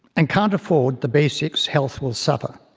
and can't afford the basics, health will suffer.